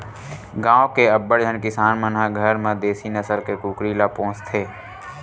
गाँव के अब्बड़ झन किसान मन ह घर म देसी नसल के कुकरी ल पोसथे